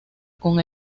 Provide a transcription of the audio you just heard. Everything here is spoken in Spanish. con